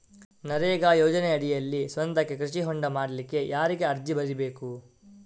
ನರೇಗಾ ಯೋಜನೆಯಡಿಯಲ್ಲಿ ಸ್ವಂತಕ್ಕೆ ಕೃಷಿ ಹೊಂಡ ಮಾಡ್ಲಿಕ್ಕೆ ಯಾರಿಗೆ ಅರ್ಜಿ ಬರಿಬೇಕು?